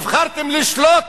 נבחרתם לשלוט